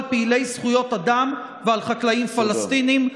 פעילי זכויות אדם ועל חקלאים פלסטינים.